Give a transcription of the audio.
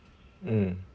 mm